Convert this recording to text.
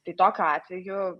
tai tokiu atveju